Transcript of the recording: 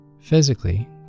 Physically